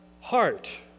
heart